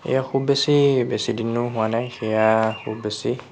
এয়া খুব বেছি বেছি দিনো হোৱা নাই সেয়া খুব বেছি